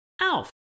ALF